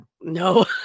no